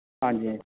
ਹਾਂਜੀ